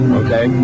okay